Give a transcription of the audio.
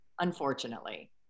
unfortunately